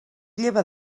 lleva